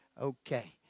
Okay